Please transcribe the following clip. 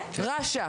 כן.